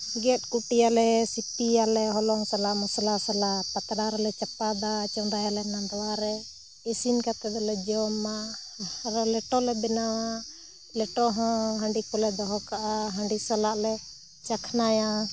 ᱜᱮᱫ ᱠᱩᱴᱤᱭᱟᱞᱮ ᱥᱤᱯᱤᱭᱟᱞᱮ ᱦᱚᱞᱚᱝ ᱥᱟᱞᱟᱜ ᱢᱚᱥᱞᱟ ᱥᱟᱞᱟᱜ ᱯᱟᱛᱲᱟ ᱨᱮᱞᱮ ᱪᱟᱯᱟᱫᱟ ᱪᱚᱸᱫᱟᱭᱟᱞᱮ ᱱᱟᱫᱽᱣᱟᱨᱮ ᱤᱥᱤᱱ ᱠᱟᱛᱮ ᱫᱚᱞᱮ ᱡᱚᱢᱟ ᱟᱨᱚ ᱞᱮᱴᱚᱞᱮ ᱵᱮᱱᱟᱣᱟ ᱞᱮᱴᱚ ᱦᱚᱸ ᱦᱟᱺᱰᱤ ᱠᱚᱞᱮ ᱫᱚᱦᱚ ᱠᱟᱜᱼᱟ ᱦᱟᱺᱰᱤ ᱥᱟᱞᱟᱜ ᱞᱮ ᱪᱟᱠᱷᱱᱟᱭᱟ